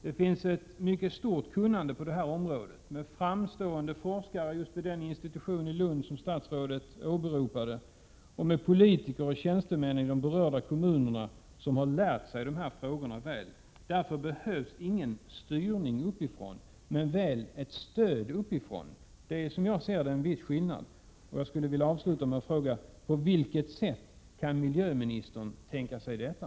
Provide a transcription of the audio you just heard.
Det finns ett mycket stort kunnande på det här området med framstående forskare just vid den institution i Lund som statsrådet åberopade och med politiker och tjänstemän i de berörda kommunerna som har lärt sig frågorna väl. Därför behövs det ingen styrning uppifrån, men väl ett stöd uppifrån. Det är som jag ser det en viss skillnad. Och jag skulle vilja avsluta mitt anförande med att fråga: På vilket sätt kan miljöministern tänka sig detta?